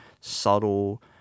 subtle